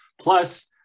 Plus